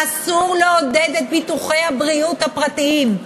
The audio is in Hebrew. אסור לעודד את ביטוחי הבריאות הפרטיים.